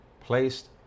placed